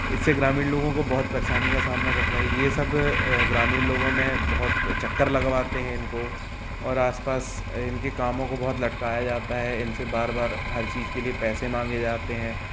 इससे ग्रामीण लोगों को बहुत परेशानी का सामना करना ये सब ग्रामीण लोगों में बहुत चक्कर लगवाते हैं इनको और आसपास इनके कामों को बहुत लटकाया जाता है इनसे बार बार हर चीज के लिए पैसे मांगे जाते हैं